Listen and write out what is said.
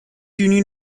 union